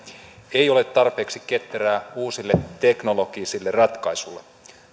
ei ole tarpeeksi ketterää uusille teknologisille ratkaisuille